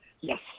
Yes